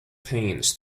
pains